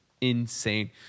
insane